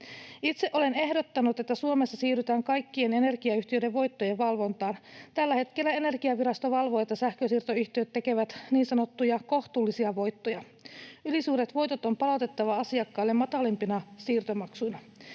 Itse olen ehdottanut, että Suomessa siirrytään kaikkien energiayhtiöiden voittojen valvontaan. Tällä hetkellä Energiavirasto valvoo, että sähkönsiirtoyhtiöt tekevät niin sanottuja kohtuullisia voittoja. Ylisuuret voitot on palautettava asiakkaalle matalampina siirtomaksuina.